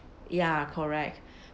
ya correct